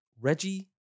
Reggie